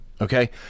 okay